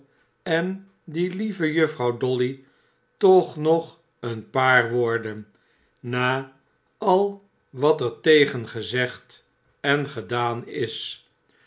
en die lieve juffrouw dolly toch nog een paar worden na al wat er tegen gezegd en gedaan is